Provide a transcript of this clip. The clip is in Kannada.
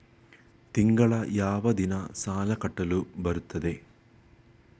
ತಿಂಗಳ ಯಾವ ದಿನ ಸಾಲ ಕಟ್ಟಲು ಬರುತ್ತದೆ?